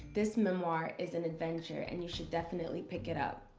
this memoir is an adventure and you should definitely pick it up.